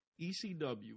ECW